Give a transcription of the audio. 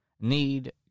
need